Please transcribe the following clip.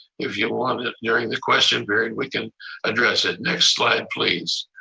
if you want it during the question period, we can address it. next slide, please.